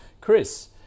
Chris